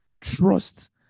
trust